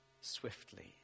swiftly